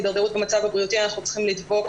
הידרדרות במצב הבריאותי אנחנו צריכים לדבוק